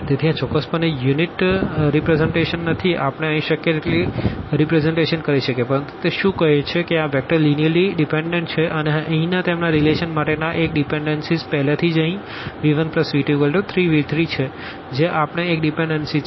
તેથી આ ચોક્કસપણે યુનિક રીપરેઝનટેશન નથી કે આપણે અહીં શક્ય તેટલી રીપરેઝનટેશન કરી શકીએ પરંતુ તે શું કહે છે કે આ વેક્ટર્સ લીનીઅર્લી ડીપેનડન્ટ છે અને અહીંના તેમના રીલેશન માટેના એક ડિપેનડનસીઝ પહેલાથી જ અહીં v1v23v3 છે જે આપણે એક ડિપેનડનસી છે